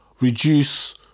reduce